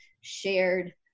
shared